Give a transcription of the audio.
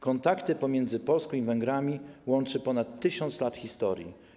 Kontakty pomiędzy Polską i Węgrami łączy ponad 1000 lat historii.